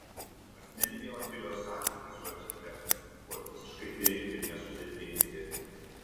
asmeniniai otilijos santykiai su architektu buvo visiškai tyri ir nesudėtingi